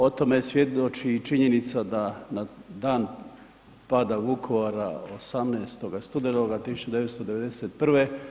O tome svjedoči i činjenica da na dan pada Vukovara 18. studenoga 1991.